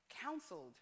counseled